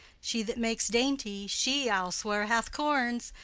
she that makes dainty, she i'll swear hath corns.